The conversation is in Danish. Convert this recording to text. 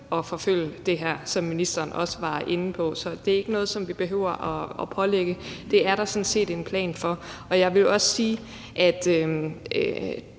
at forfølge det her, som ministeren også var inde på. Så det er ikke noget, som vi behøver at pålægge regeringen. Det er der sådan set en plan for. Jeg vil også sige, at